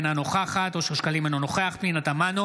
אינה נוכחת אושר שקלים, אינו נוכח פנינה תמנו,